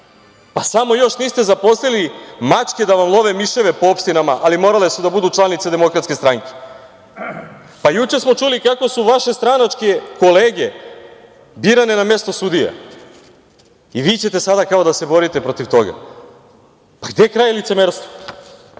pa samo još niste zaposlili mačke da vam love miševe po opštinama, ali morale su da budu članice DS.Juče smo čuli kako su vaše stranačke kolege birane na mesto sudija i vi ćete sada kao da se borite protiv toga. Gde je kraj licemerstvu? Kaže